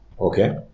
Okay